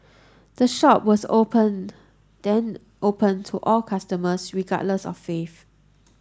the shop was open then opened to all customers regardless of faith